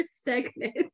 segment